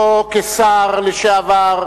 לא כשר לשעבר,